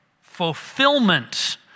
fulfillment